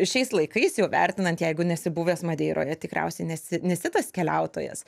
šiais laikais jau vertinant jeigu nesi buvęs madeiroje tikriausiai nesi nesi tas keliautojas